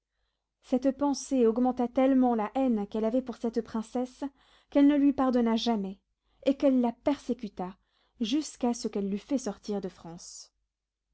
cette pensée augmenta tellement la haine qu'elle avait pour cette princesse qu'elle ne lui pardonna jamais et qu'elle la persécuta jusqu'à ce qu'elle l'eût fait sortir de france